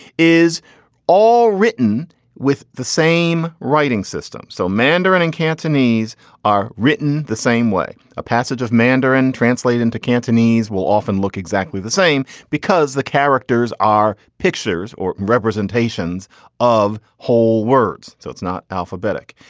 is all written with the same writing system. so mandarin and cantonese are written the same way. a passage of mandarin translate into cantonese will often look exactly the same because the characters are pictures or representations of whole words. so it's not alphabetic.